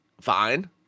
fine